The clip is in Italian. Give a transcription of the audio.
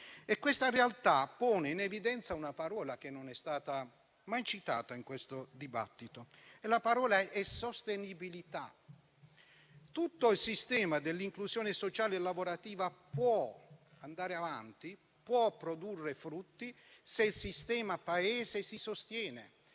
una realtà che pone in evidenza una parola che non è stata mai pronunciata in questo dibattito: la parola è "sostenibilità". Tutto il sistema dell'inclusione sociale e lavorativa può andare avanti e può produrre frutti, se il sistema Paese si sostiene,